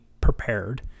prepared